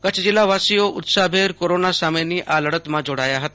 કચ્છ જીલ્લાવાસીઓ ઉત્સાહભેર કોરોના સામેની આ લડતમાં જોડાયા હતા